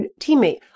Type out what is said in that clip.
teammate